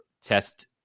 test